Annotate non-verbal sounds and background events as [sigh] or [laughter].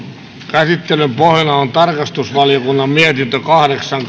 käsittelyn pohjana on tarkastusvaliokunnan mietintö kahdeksan [unintelligible]